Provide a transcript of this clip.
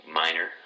minor